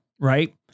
right